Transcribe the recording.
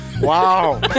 Wow